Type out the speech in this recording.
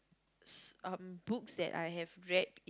s~ um books that I have read